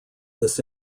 this